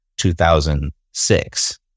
2006